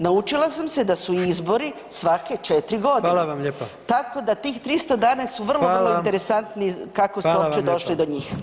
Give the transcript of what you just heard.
Naučila sam se da su izbori svake 4.g [[Upadica: Hvala vam lijepo]] Tako da tih 300 dana su [[Upadica: Hvala vam]] vrlo, vrlo interesantni [[Upadica: Hvala vam lijepa]] kako ste uopće došli do njih.